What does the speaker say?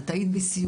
את היית בסיורים,